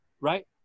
right